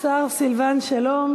השר סילבן שלום.